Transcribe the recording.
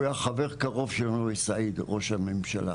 הוא היה חבר קרוב של סעיד, ראש הממשלה,